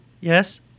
Yes